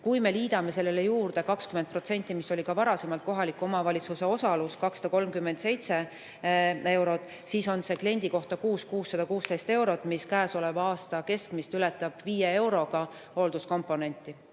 Kui me liidame sellele juurde 20%, mis oli ka varasemalt kohaliku omavalitsuse osalus, 237 eurot, siis teeb see kliendi kohta kuus 616 eurot, mis ületab käesoleva aasta keskmist hoolduskomponenti